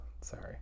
Sorry